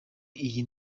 iyi